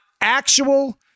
actual